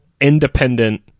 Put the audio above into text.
independent